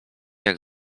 jak